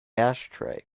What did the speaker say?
ashtray